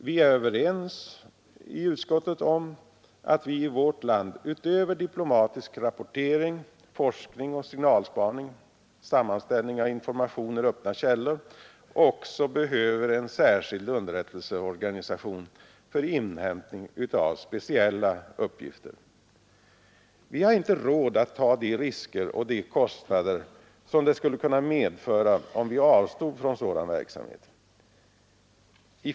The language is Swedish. Vi är överens i utskottet om att vi i vårt land utöver diplomatisk rapportering, forskning, signalspaning, sammanställning av information ur öppna källor behöver en särskild underrättelseorganisation för inhämtning av speciella uppgifter. Vi har inte råd att ta de risker och de kostnader som det skulle kunna medföra om vi avstod från sådan verksamhet.